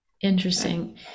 Interesting